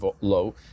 low